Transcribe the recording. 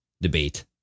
debate